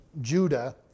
Judah